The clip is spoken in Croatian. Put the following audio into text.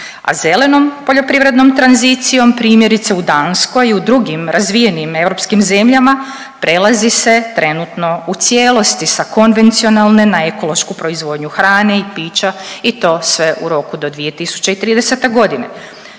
A zelenom poljoprivrednom tranzicijom, primjerice u Danskoj i u drugim razvijenim europskim zemljama prelazi se trenutno u cijelosti sa konvencionalne na ekološku proizvodnju hrane i pića i to sve u roku do 2030.g..